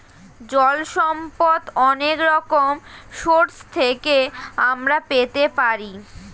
জল সম্পদ অনেক রকম সোর্স থেকে আমরা পেতে পারি